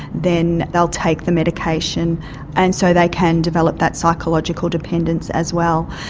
then they will take the medication and so they can develop that psychological dependence as well.